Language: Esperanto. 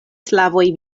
slavoj